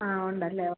ആ ഉണ്ടല്ലേ